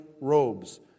robes